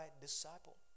disciple